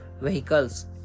vehicles